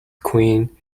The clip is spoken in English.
queen